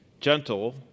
gentle